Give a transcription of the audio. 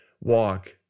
walk